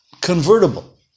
convertible